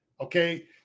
Okay